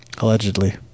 Allegedly